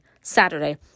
Saturday